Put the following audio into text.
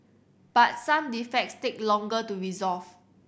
but some defects take longer to resolve